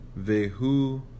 Vehu